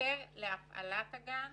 היתר להפעלת הגן